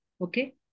okay